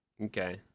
okay